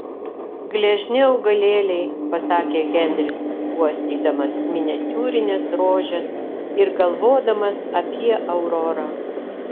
gležni augalėliai pasakė henris uostydamas miniatiūrines rožes ir galvodamas apie aurorą